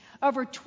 over